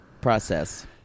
process